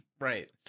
Right